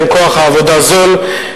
שבהן כוח העבודה זול,